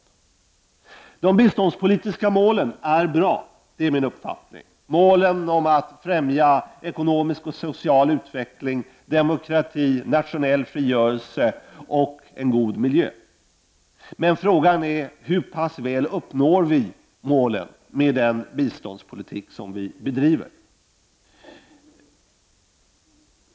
De biståndspolitiska målen är bra, det är min uppfattning, målen att främja ekonomisk och social utveckling, demokrati, nationell frigörelse och en god miljö. Men frågan är hur pass väl vi uppnår målen med den biståndspolitik som vi bedriver.